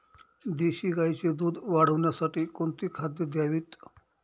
देशी गाईचे दूध वाढवण्यासाठी कोणती खाद्ये द्यावीत?